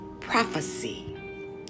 prophecy